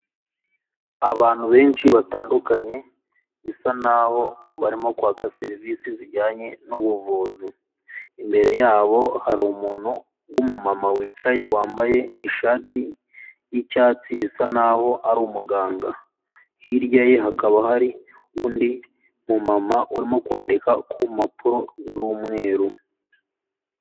Abantu benshi batandukanye bisa naho barimo kwaka serivisi zijyanye n'ubuvuzi. Imbere yabo hari umuntu w'umumama wicaye wambaye ishati y'icyatsi bisa naho ari umuganga, hirya ye hakaba hari undi mumama urimo kwandika ku mpapuro z'umweru.